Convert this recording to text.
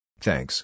Thanks